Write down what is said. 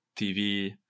TV